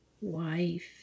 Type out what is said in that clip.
wife